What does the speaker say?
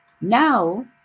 now